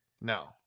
no